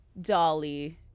dolly